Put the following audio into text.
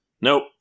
Nope